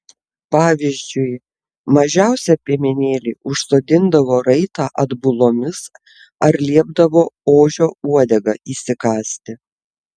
pavyzdžiui mažiausią piemenėlį užsodindavo raitą atbulomis ar liepdavo ožio uodegą įsikąsti